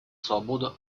свободу